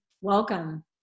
Welcome